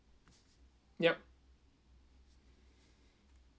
yup